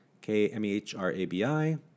K-M-E-H-R-A-B-I